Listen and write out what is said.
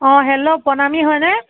অঁ হেল্ল' প্ৰণামী হয় নে